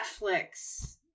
Netflix